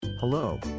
Hello